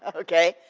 ah okay.